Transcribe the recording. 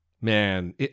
Man